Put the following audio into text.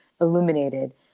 illuminated